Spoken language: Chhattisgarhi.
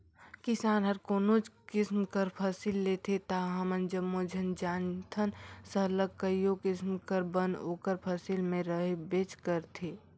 किसान हर कोनोच किसिम कर फसिल लेथे ता हमन जम्मो झन जानथन सरलग कइयो किसिम कर बन ओकर फसिल में रहबेच करथे